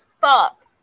Fuck